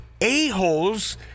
a-holes